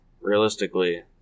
realistically